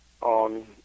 on